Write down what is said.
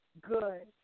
good